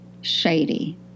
shady